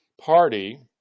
Party